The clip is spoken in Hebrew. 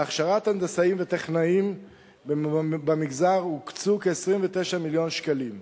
להכשרת הנדסאים וטכנאים במגזר הוקצו כ-29 מיליון שקלים.